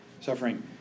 Suffering